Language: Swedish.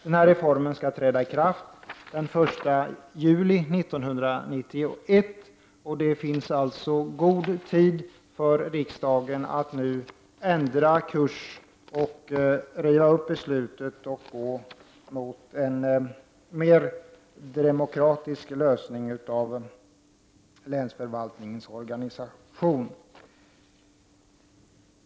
Denna reform skall träda i kraft den 1 juli 1991. Det finns därför gott om tid för riksdagen att ändra kurs och riva upp beslutet och söka en mer demokratisk lösning av länsförvaltningens organisation.